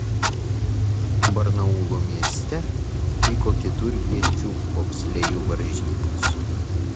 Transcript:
barnaulo mieste vyko keturviečių bobslėjų varžybos